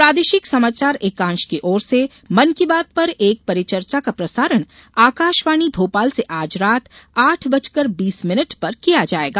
प्रादेशिक समाचार एकांश की ओर से मन की बात पर एक परिचर्चा का प्रसारण आकाशवाणी भोपाल से आज रात आठ बजकर बीस मिनट पर किया जायेगा